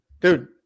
dude